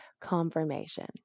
confirmation